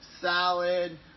salad